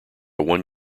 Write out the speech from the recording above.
one